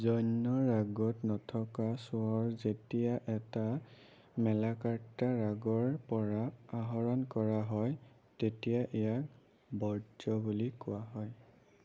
জন্য ৰাগত নথকা স্বৰ যেতিয়া এটা মেলাকাৰ্তা ৰাগৰ পৰা আহৰণ কৰা হয় তেতিয়া ইয়াক ৱৰ্জ্য বুলি কোৱা হয়